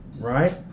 Right